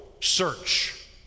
search